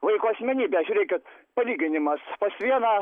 vaiko asmenybę žiūrėkit palyginimas pas vieną